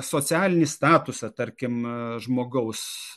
socialinį statusą tarkime žmogaus